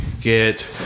get